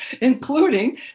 including